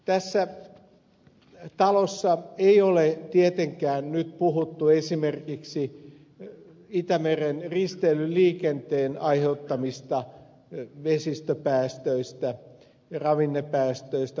tässä talossa ei ole riittävästi puhuttu esimerkiksi itämeren risteilyliikenteen aiheuttamista vesistöpäästöistä ravinnepäästöistä fosforista ja typestä